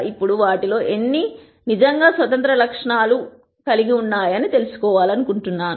ఇప్పుడు వాటిలో ఎన్ని నిజంగా స్వతంత్ర లక్షణాలు అని తెలుసుకోవాలనుకుంటున్నాను